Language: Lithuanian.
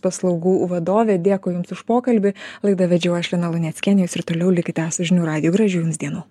paslaugų vadovė dėkui jums už pokalbį laidą vedžiau aš lina luneckienė jūs ir toliau likite su žinių radiju gražių jums dienų